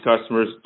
customers